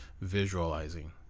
visualizing